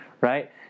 right